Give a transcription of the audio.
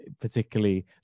particularly